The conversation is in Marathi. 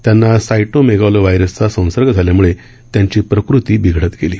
त्यांना साइटोमेगालो व्हायरसचा संसर्ग झाल्यामुळे त्यांची प्रकृती बिघडत गेली